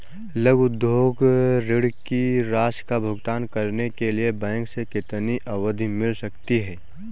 लघु उद्योग ऋण की राशि का भुगतान करने के लिए बैंक से कितनी अवधि मिल सकती है?